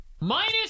Minus